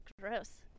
Gross